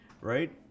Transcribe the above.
right